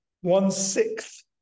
one-sixth